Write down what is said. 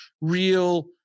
real